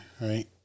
right